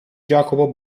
jacopo